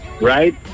Right